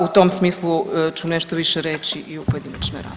U tom smislu ću nešto više reći i u pojedinačnoj